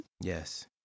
yes